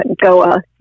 Goa